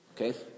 Okay